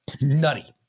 nutty